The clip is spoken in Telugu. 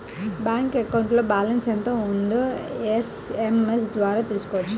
బ్యాంక్ అకౌంట్లో బ్యాలెన్స్ ఎంత ఉందో ఎస్ఎంఎస్ ద్వారా తెలుసుకోవచ్చు